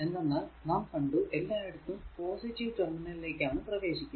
എന്തെന്നാൽ നാം കണ്ടു എല്ലായിടത്തും പോസിറ്റീവ് ടെര്മിനലിലേക്കു ആണ് പ്രവേശിക്കുക